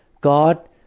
God